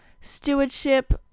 stewardship